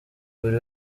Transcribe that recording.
buri